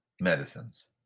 medicines